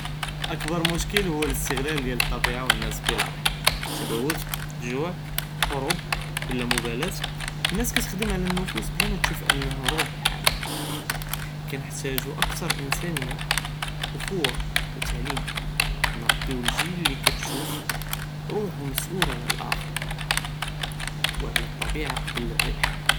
אכבר משכיל הואא אלאיסטעמל דיאל אלطביעה ואלנאס בלא רחמה, אלתلوث גוע ח'רוב ו אלאמבלאע, אלנאס کتخدم על אלנפוס בלא ماتשוף انها רוח כחאלה, קנטאחזו אכתר אינסאניה אחוה ו תעלים נרביא אלג'יל אללי کتשוף רוחו מס'ולה על האחר, ועל אלטביעה קבל אלרבח.